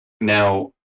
Now